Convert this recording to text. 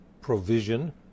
provision